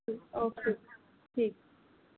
okay ਜੀ ਠੀਕ